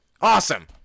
Awesome